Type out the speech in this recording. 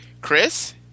chris